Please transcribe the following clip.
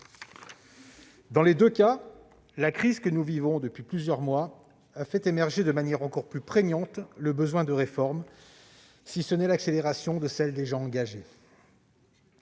Dans les deux cas, la crise que nous vivons depuis plusieurs mois a fait émerger de manière encore plus prégnante le besoin de réformes et d'accélération de celles qui sont déjà engagées.